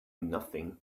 nothing